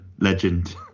legend